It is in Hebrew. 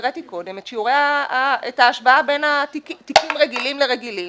והקראתי קודם את ההשוואה בין תיקים רגילים לרגילים,